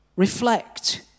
Reflect